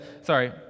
sorry